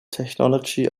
technology